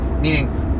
meaning